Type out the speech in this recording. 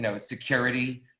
ah security,